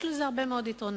יש לזה הרבה מאוד יתרונות.